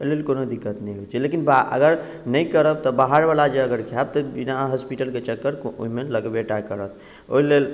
ओहि लेल कोनो दिक्कत नहि होइत छै लेकिन अगर नहि करब तऽ बाहरवला जे अगर खायब तऽ बिना होस्पिटलके चक्कर ओहिमे लगबे टा करत ओहि लेल